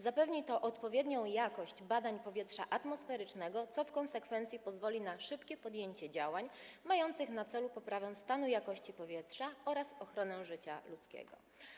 Zapewni to odpowiednią jakość badań powietrza atmosferycznego, co w konsekwencji pozwoli na szybkie podjęcie działań mających na celu poprawę stanu jakości powietrza oraz ochronę życia ludzkiego.